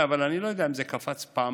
אבל אני לא יודע אם זה קפץ בכפול.